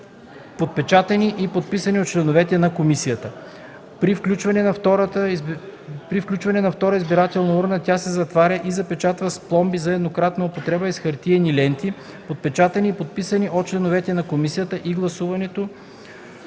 подпечатани и подписани от членовете на комисията. При включване на втора избирателна урна тя се затваря и запечатва с пломби за еднократна употреба и с хартиени ленти, подпечатани и подписани от членовете на комисията, и гласуването